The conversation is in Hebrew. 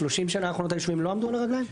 30 שנים אותם היישובים לא עמדו על הרגליים?